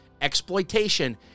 exploitation